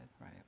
right